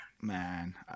Man